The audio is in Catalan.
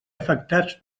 afectats